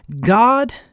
God